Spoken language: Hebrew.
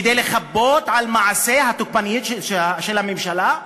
כדי לחפות על מעשיה התוקפניים של הממשלה?